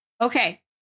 Okay